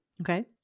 Okay